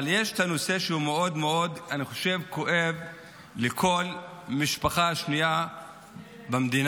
אבל יש נושא שכואב מאוד לכל משפחה שנייה במדינה: